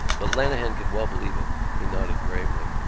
but lenehan could well believe it he nodded gravely.